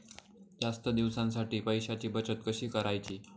जास्त दिवसांसाठी पैशांची बचत कशी करायची?